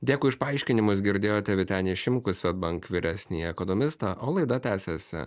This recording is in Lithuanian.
dėkui už paaiškinimus girdėjote vytenį šimkų swedbank vyresnįjį ekonomistą o laida tęsiasi